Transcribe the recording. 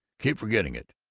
keep forgetting it.